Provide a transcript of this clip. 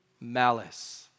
malice